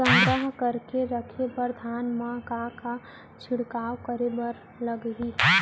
संग्रह करके रखे बर धान मा का का छिड़काव करे बर लागही?